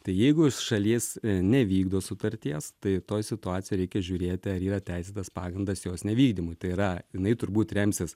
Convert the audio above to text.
tai jeigu šalis nevykdo sutarties tai toj situacijoj reikia žiūrėti ar yra teisėtas pagrindas jos nevykdymui tai yra jinai turbūt remsis